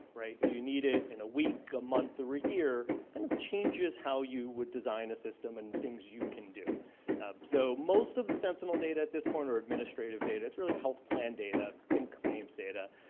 right? do you need it in a week, a month, or a year? kind of changes how you would design a system and things you can do up so most of the sentinel data at this point are administrative data it's really heath plan data, think claims data,